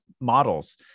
models